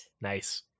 Nice